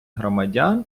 громадян